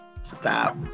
Stop